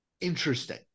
interesting